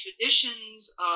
traditions